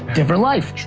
different life.